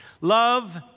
Love